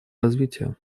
развития